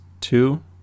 two